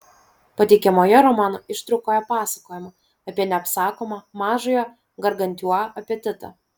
pateikiamoje romano ištraukoje pasakojama apie neapsakomą mažojo gargantiua apetitą